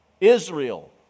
Israel